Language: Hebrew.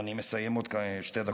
אני מסיים עוד שתי דקות, ברשותך.